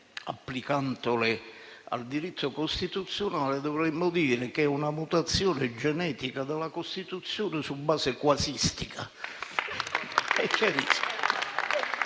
applicandole al diritto costituzionale, dovremmo dire che è una mutazione genetica della Costituzione su base quasistica.